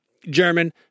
German